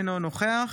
אינו נוכח